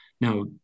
Now